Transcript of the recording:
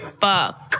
fuck